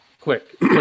Quick